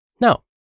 No